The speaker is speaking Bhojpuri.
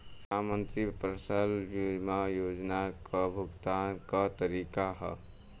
प्रधानमंत्री फसल बीमा योजना क भुगतान क तरीकाका ह?